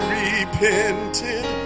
repented